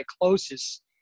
closest